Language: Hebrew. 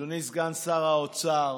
אדוני סגן שר האוצר,